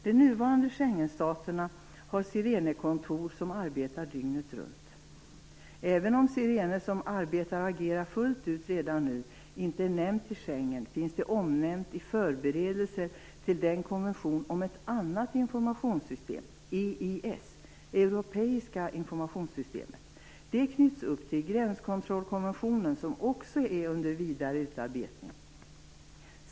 De nuvarande Schengenstaterna har Sirenekontor som arbetar dygnet runt. Även om Sirene, som arbetar och agerar fullt ut redan nu, inte är nämnt i Schengen finns det omnämnt i förberedelser till den konvention om ett annat informationssystem EIS, Europeiska informationssystemet. Det knyts upp till gränskontrollkonventionen som också är under vidare utarbetande.